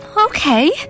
Okay